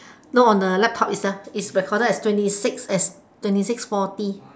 no on the laptop itself it's recorded as twenty six as twenty six forty